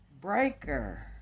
Breaker